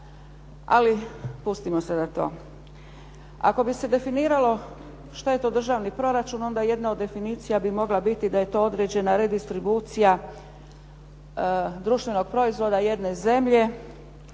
Ali pustimo sada to. Ako bi se definiralo šta je to državni proračun, onda jedna od definicija bi mogla biti da je to određena redistribucija društvenog proizvoda jedne zemlje